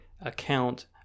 account